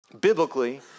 biblically